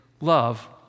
love